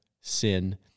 sin